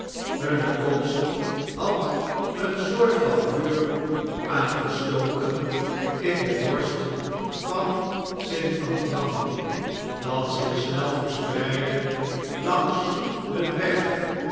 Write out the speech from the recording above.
hunne komst had een soort van vuur aangestoken in de borst van st a nt o i n e dat zich snel verspreidde langs hunweg dat